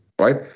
right